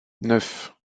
neuf